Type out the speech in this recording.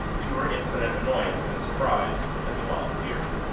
to her infinite annoyance and surprise, as a volunteer.